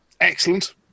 Excellent